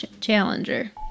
Challenger